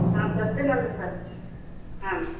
ಹಾಂ ಬರ್ತೀನಲ್ಲ ರೀ ಸರ್ ಹಾಂ